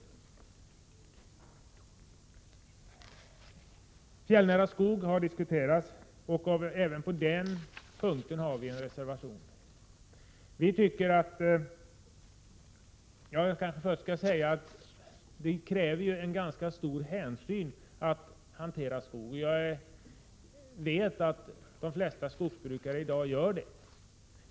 Även i frågan om fjällnära skogar, som har diskuterats här, har vi avgett en reservation. Skogshantering kräver stort hänsynstagande, och jag vet att de flesta skogsbrukare i dag tar sådan hänsyn.